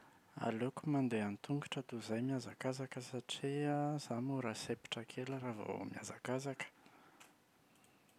Aleoko mandeha an-tongotra toy izay mihazakazaka satria an izaho mora sempotra kely raha vao mihazakazaka.